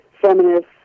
feminists